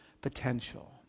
potential